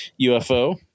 UFO